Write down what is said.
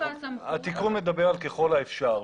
התיקון מדבר על ככל האפשר,